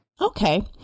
Okay